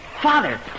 Father